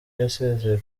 yasezeye